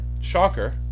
Shocker